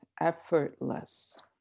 effortless